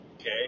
okay